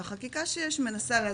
והחקיקה שיש מנסה לאזן,